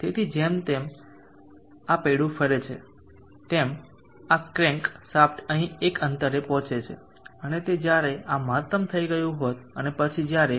તેથી જેમ જેમ આ પૈડું ફરે છે તેમ આ ક્રેન્ક શાફ્ટ અહીં એક અંતરે પહોંચે છે અને તે જ્યારે આ મહત્તમ થઈ ગયું હોત અને પછી જ્યારે